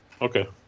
Okay